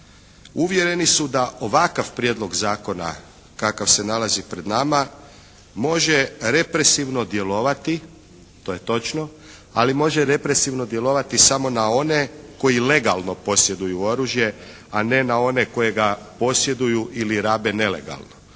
uvjereni su da ovakav prijedlog zakona kakav se nalazi pred nama, može represivno djelovati, to je točno, ali može represivno djelovati samo na one koji legalno posjeduju oružje, a ne na oni koji ga posjeduju ili rabe nelegalno.